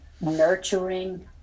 nurturing